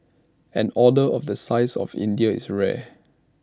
an order of the size of India's is rare